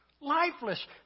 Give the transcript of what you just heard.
Lifeless